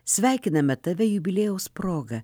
sveikiname tave jubiliejaus proga